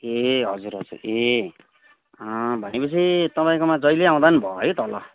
ए हजुर हजुर ए भनेपछि तपाईँकोमा जहिले आउँदा पनि भयो है तल